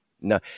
No